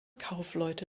kaufleute